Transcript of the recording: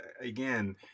again